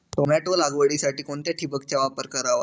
Tomato लागवडीसाठी कोणत्या ठिबकचा वापर करावा?